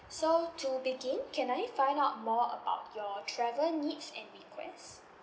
so to begin can I find out more about your travel needs and request